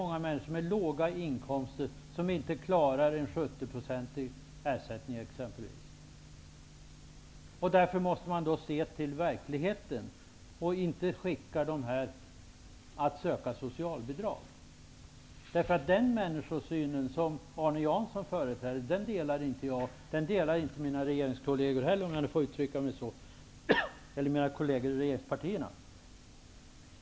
Många människor med låga inkomster klarar sig inte med exempelvis en 70-procentig ersättning. Man måste se till verkligheten. Man skall inte hänvisa dessa människor till socialbidrag. Varken jag eller mina kolleger i regeringspartierna delar Arne Janssons människosyn.